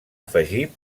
afegir